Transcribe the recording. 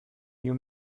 you